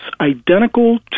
identical